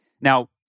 Now